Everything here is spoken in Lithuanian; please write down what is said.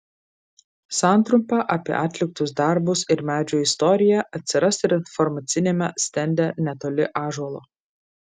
santrumpa apie atliktus darbus ir medžio istoriją atsiras ir informaciniame stende netoli ąžuolo